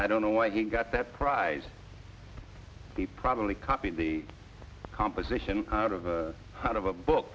i don't know why he got that prize he probably copied the composition out of out of a book